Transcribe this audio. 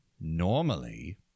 normally